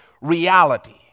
reality